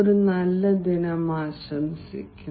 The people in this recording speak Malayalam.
ഒരു നല്ല ദിനം ആശംസിക്കുന്നു